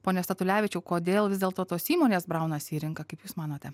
pone statulevičiau kodėl vis dėlto tos įmonės braunasi į rinką kaip jūs manote